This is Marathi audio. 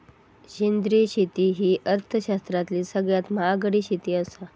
सेंद्रिय शेती ही अर्थशास्त्रातली सगळ्यात महागडी शेती आसा